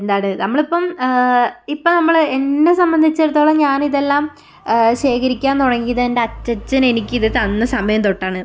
എന്താണ് നമ്മളിപ്പം ഇപ്പം നമ്മൾ എന്നെ സംബന്ധിച്ചിടത്തോളം ഞാൻ ഇതെല്ലാം ശേഖരിക്കാൻ തുടങ്ങിയത് എൻ്റെ അച്ചച്ചൻ എനിക്ക് ഇതു തന്ന സമയം തൊട്ടാണ്